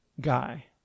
guy